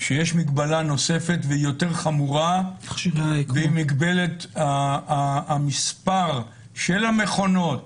שיש מגבלה נוספת והיא יותר חמורה והיא מגבלת המספר של המכונות